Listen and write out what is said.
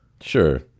Sure